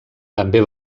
també